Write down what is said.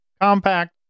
compact